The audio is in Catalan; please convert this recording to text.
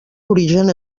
origen